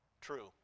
True